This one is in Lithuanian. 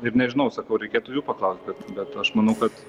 ir nežinau sakau reikėtų jų paklaust bet bet aš manau kad